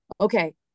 okay